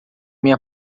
minha